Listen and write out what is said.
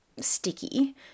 sticky